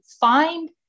find